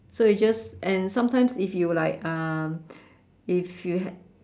so is just and sometimes if you like um if you had